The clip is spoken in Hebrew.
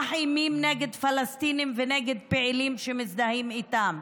אימים על פלסטינים ועל פעילים שמזדהים איתם.